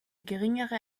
geringere